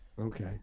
Okay